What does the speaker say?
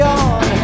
on